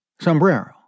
Sombrero